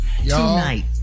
Tonight